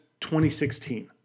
2016